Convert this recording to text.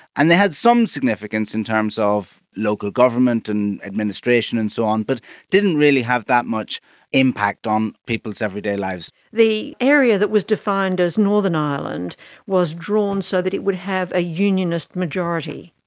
and they had some significance in terms of local government and administration and so on, but didn't really have that much impact on people's everyday lives. the area that was defined as northern ireland was drawn so that it would have a unionist majority.